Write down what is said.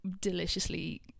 deliciously